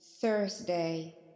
Thursday